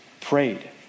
prayed